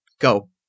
Go